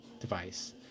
device